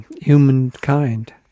humankind